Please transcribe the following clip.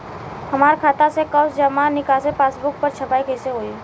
हमार खाता के सब जमा निकासी पासबुक पर छपाई कैसे होई?